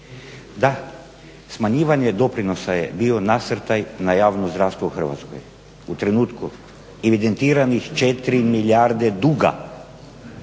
da, smanjivanje doprinosa je bio nasrtaj na javno zdravstvo u Hrvatskoj u trenutku evidentiranih 4 milijarde duga,